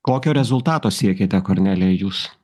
kokio rezultato siekiate kornelija jūs